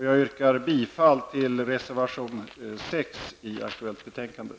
Jag yrkar bifall till reservation 6 i det aktuella betänkandet.